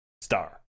Star